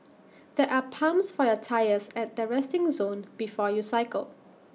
there are pumps for your tyres at the resting zone before you cycle